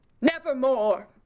nevermore